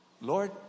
Lord